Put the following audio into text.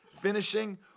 finishing